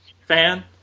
fan